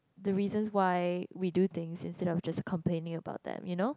the reasons why we do things instead of just complaining about that you know